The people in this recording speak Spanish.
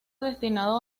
destinado